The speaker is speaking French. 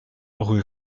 rue